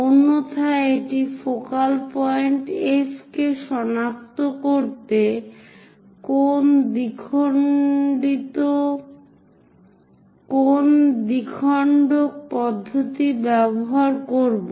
অন্যথায় এই focal point F কে সনাক্ত করতে কোণ দ্বিখন্ডক পদ্ধতি ব্যবহার করব